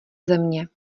země